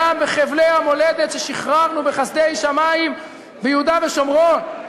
גם בחבלי המולדת ששחררנו בחסדי שמים ביהודה ושומרון.